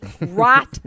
Right